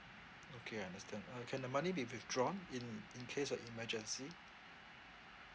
okay understand uh can the money be withdrawn in in case of emergency